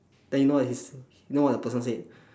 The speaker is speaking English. then you know what he's you know what the person said